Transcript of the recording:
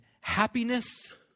happiness